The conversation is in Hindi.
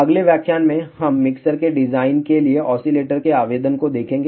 अगले व्याख्यान में हम मिक्सर के डिजाइन के लिए ऑसीलेटर के आवेदन को देखेंगे